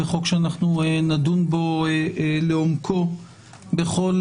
בחוק שנדון בו לעומקו בכל